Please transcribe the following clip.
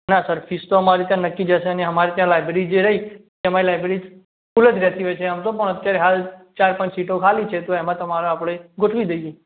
ના sir fees તો અમારે ત્યાં નક્કી જ હશે અને અમારી આ લાયબ્રેરી જે રહી તે અમારી લાયબ્રેરી ફૂલ જ રહેતી હોય છે આમ તો પણ અત્યારે હાલ ચાર પાંચ સીટો ખાલી છે તો એમાં તમારું આપણે ગોઠવી દઈએ